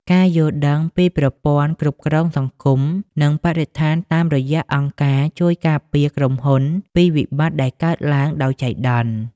ការយល់ដឹងពីប្រព័ន្ធគ្រប់គ្រងសង្គម និងបរិស្ថានតាមរយៈអង្គការ ជួយការពារក្រុមហ៊ុនពីវិបត្តិដែលកើតឡើងដោយចៃដន្យ។